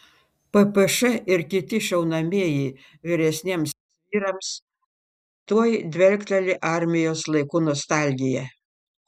ppš ir kiti šaunamieji vyresniems vyrams tuoj dvelkteli armijos laikų nostalgija